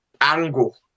angle